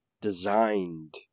designed